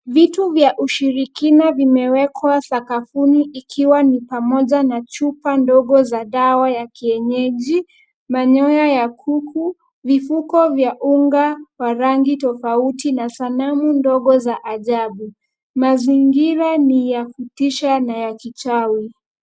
Vitu vya ushirikina vimewekwa sakafuni ikiwa ni pamoja na chupa ndogo za dawa ya kienyeji, manyoya ya kuku, vifuko vya unga ya rangi tofauti na sanamu ndogo za ajabu. Mazingira ni ya kutisha na ya kichawi.